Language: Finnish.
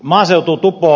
puhemies